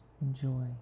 enjoy